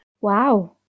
wow